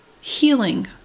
healing